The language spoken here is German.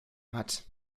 hat